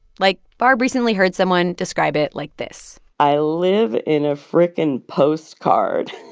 like, barb recently heard someone describe it like this i live in a frickin' postcard.